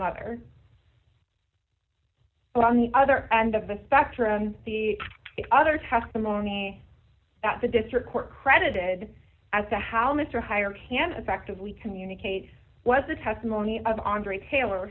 mother but on the other end of the spectrum the other testimony that the district court credited as to how mr hire can effectively communicate was the testimony of andre taylor